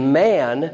man